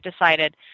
decided